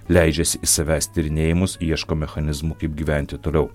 leidžiasi į savęs tyrinėjimus ieško mechanizmų kaip gyventi toliau